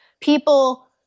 people